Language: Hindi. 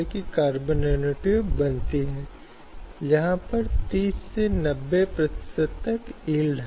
लेकिन अब एक बार हमारे सामने ऐसी स्थिति आ गई है कि महिलाएँ और लड़कियाँ वहाँ आ रही हैं और वहाँ शामिल हो रही हैं